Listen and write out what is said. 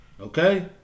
Okay